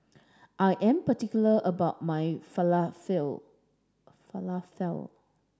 I am particular about my Falafel